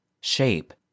shape